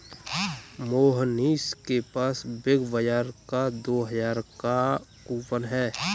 मोहनीश के पास बिग बाजार का दो हजार का कूपन है